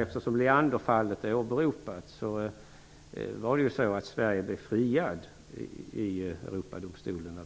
Eftersom Leanderfallet har åberopats vill jag inom parentes påpeka att Sverige i det fallet blev friat i Europadomstolen.